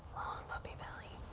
puppy belly.